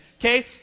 Okay